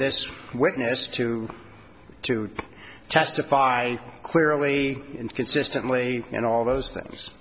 this witness to to testify clearly and consistently and all those things